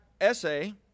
essay